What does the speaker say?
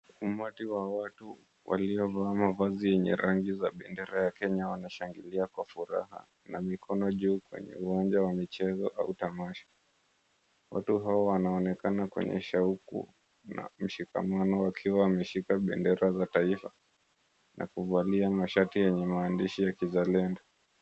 Umati wa watu waliovaa mavazi yenye rangi za bendera ya Kenya wanashangilia kwa furaha na mikono juu kwenye uwanja wa michezo au tamasha. Watu hao wanaonekana kwenye shauku na mshikamano wakiwa wameshika bendera za taifa na kuvalia mashati yenye maandishi ya kizalendo.